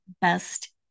best